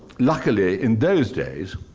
luckily, in those days,